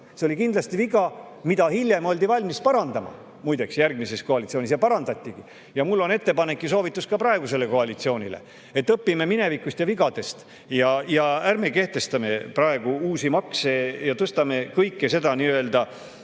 See oli kindlasti viga, mida hiljem oldi, muide, järgmises koalitsioonis valmis parandama ja parandatigi. Mul on ettepanek ja soovitus ka praegusele koalitsioonile: õpime minevikust ja vigadest ja ärme kehtestame praegu uusi makse ega tõstame kõike seda nii-öelda